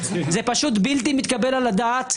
זה פשוט בלתי מתקבל על הדעת,